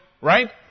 Right